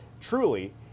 truly